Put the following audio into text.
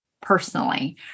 personally